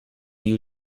you